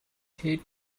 hate